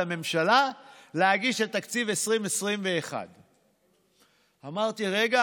הממשלה להגיש את תקציב 2021. אמרתי: רגע,